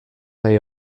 they